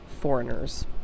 foreigners